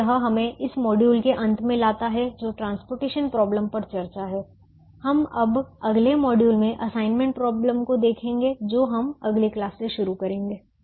तो यह हमें इस मॉड्यूल के अंत में लाता है जो ट्रांसपोर्टेशन प्रॉब्लम पर चर्चा है हम अब अगले मॉड्यूल में असाइनमेंट प्रॉब्लम को देखेंगे जो हम अगली क्लास से शुरू करेंगे